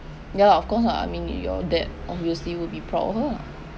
ya lah of course lah I mean your dad obviously will be proud of her ah